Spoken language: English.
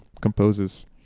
composes